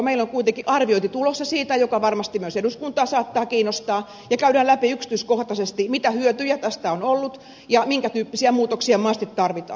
meillä on kuitenkin tulossa siitä arviointi joka varmasti myös eduskuntaa saattaa kiinnostaa ja käydään läpi yksityiskohtaisesti mitä hyötyjä tästä on ollut ja minkä tyyppisiä muutoksia mahdollisesti tarvitaan